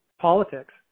politics